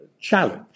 challenge